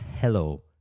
hello